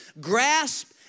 Grasp